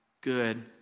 good